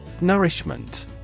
Nourishment